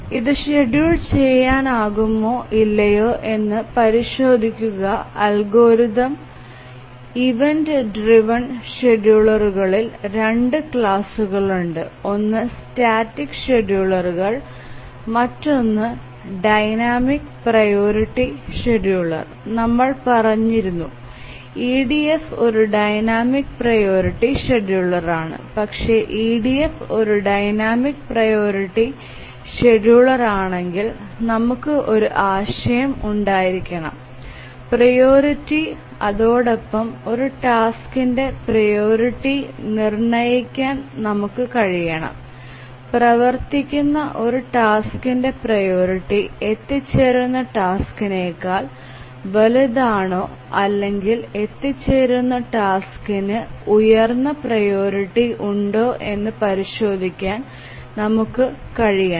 ഇത് ഷെഡ്യൂൾ ചെയ്യാനാകുമോ ഇല്ലയോ എന്ന് പരിശോധിക്കുക അൽഗോരിതം ഇവന്റ് ഡ്രൈവ്എൻ ഷെഡ്യൂളറുകളിൽ 2 ക്ലാസുകളുണ്ട് ഒന്ന് സ്റ്റാറ്റിക് ഷെഡ്യൂളറുകൾ മറ്റൊന്ന് ഡൈനാമിക് പ്രിയോറിറ്റി ഷെഡ്യൂളർനമ്മൾ പറഞ്ഞഇരുന്നു EDF ഒരു ഡൈനാമിക് പ്രിയോറിറ്റി ഷെഡ്യൂളറാണ് പക്ഷേ EDF ഒരു ഡൈനാമിക് പ്രിയോറിറ്റി ഷെഡ്യൂളറാണെങ്കിൽ നമുക്ക് ഒരു ആശയം ഉണ്ടായിരിക്കണം പ്രിയോറിറ്റി അതോടൊപ്പം ഒരു ടാസ്ക്കിന്റെ പ്രിയോറിറ്റി നിർണ്ണയിക്കാൻ നമുക്ക് കഴിയണം പ്രവർത്തിക്കുന്ന ഒരു ടാസ്ക്കിന്റെ പ്രിയോറിറ്റി എത്തിച്ചേരുന്ന ടാസ്ക്കിനേക്കാൾ വലുതാണോ അല്ലെങ്കിൽ എത്തിച്ചേരുന്ന ടാസ്ക്കിന് ഉയർന്ന പ്രിയോറിറ്റി ഉണ്ടോ എന്ന് പരിശോധിക്കാൻ നമുക്ക് കഴിയണം